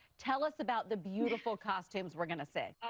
tell us about the beautiful costumes we're gonna see. oh,